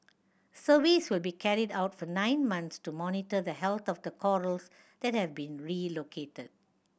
surveys will be carried out for nine months to monitor the health of the corals that have been relocated